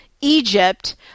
Egypt